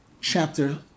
chapter